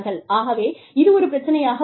ஆகவே இது ஒரு பிரச்சனையாக உள்ளது